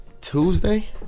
Tuesday